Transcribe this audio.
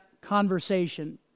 conversation